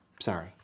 Sorry